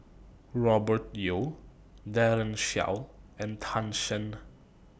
Robert Yeo Daren Shiau and Tan Shen